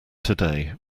today